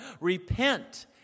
Repent